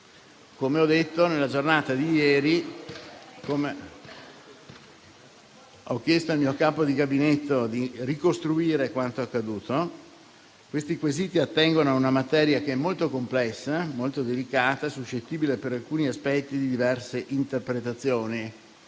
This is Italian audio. Come ho detto, nella giornata di ieri ho chiesto al mio capo di Gabinetto di ricostruire quanto è accaduto. Questi quesiti attengono a una materia che è molto complessa, delicata e suscettibile per alcuni aspetti di diverse interpretazioni.